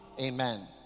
Amen